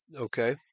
okay